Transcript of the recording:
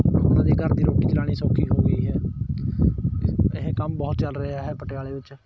ਉਹਨਾਂ ਦੇ ਘਰ ਦੀ ਰੋਟੀ ਚਲਾਉਣੀ ਸੌਖੀ ਹੋ ਗਈ ਹੈ ਇਹ ਕੰਮ ਬਹੁਤ ਚੱਲ ਰਿਹਾ ਹੈ ਪਟਿਆਲੇ ਵਿੱਚ